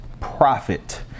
profit